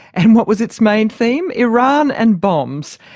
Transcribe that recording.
and what was its main theme? iran and bombs.